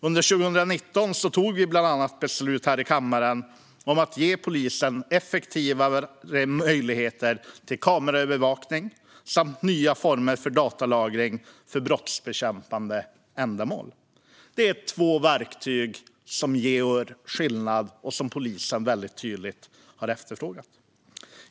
Under 2019 fattade vi beslut här i kammaren om att bland annat ge polisen effektivare möjligheter till kameraövervakning samt nya former för datalagring för brottsbekämpande ändamål. Det är två verktyg som gör skillnad och som polisen tydligt har efterfrågat.